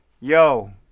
yo